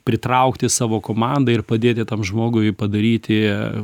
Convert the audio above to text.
pritraukti savo komandą ir padėti tam žmogui padaryti